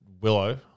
Willow